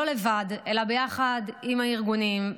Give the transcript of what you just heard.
לא לבד אלא ביחד עם הארגונים,